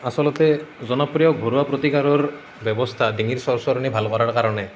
আচলতে জনপ্ৰিয় ঘৰুৱা প্ৰতিকাৰৰ ব্যৱস্থা ডিঙিৰ চৰচৰনি ভাল কৰাৰ কাৰণে